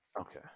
Okay